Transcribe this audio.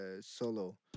solo